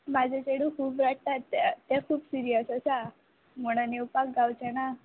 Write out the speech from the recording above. म्हजें चेडूं खूब रडटा तें तें खूब सिरयस आसा म्हणून येवपाक गावचें ना